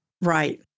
Right